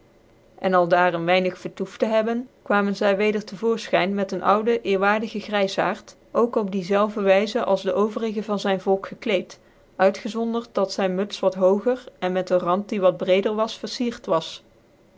en aldaar een weinig vertoeft hebbende kwamen zy weder te voorfchyn met een oude eerwaardige gryzaard ook op die zelve wyze als de overige van zyn volk cklced uitgezonden dat zyn muts wat oogcr en met een rand die wat brecder was verfiert was